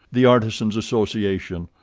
the artisan's association,